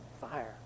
Fire